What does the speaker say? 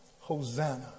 Hosanna